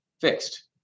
fixed